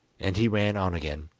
and he ran on again.